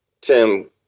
Tim